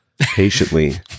patiently